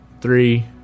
three